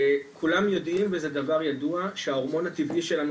כולם יודעים וזה דבר ידוע שההורמון הטבעי שלנו